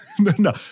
No